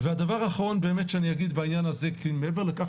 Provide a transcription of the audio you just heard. הדבר האחרון שאני אגיד בעניין הזה כי מעבר לכך